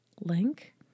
link